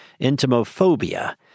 entomophobia